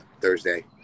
Thursday